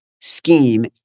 scheme